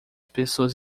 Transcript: pessoas